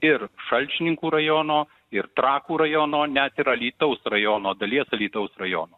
ir šalčininkų rajono ir trakų rajono net ir alytaus rajono dalies alytaus rajono